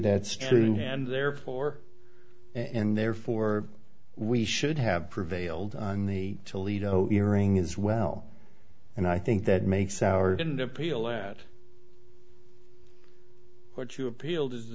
that's true and therefore and therefore we should have prevailed on the toledo hearing as well and i think that makes our didn't appeal that what you appealed to the